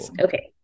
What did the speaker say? Okay